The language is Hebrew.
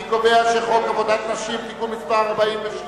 אני קובע שחוק עבודת נשים (תיקון מס' 46)